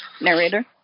narrator